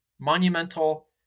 monumental